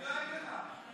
אני דואג לך,